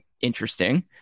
interesting